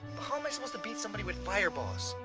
um i supposed to beat somebody with fireballs?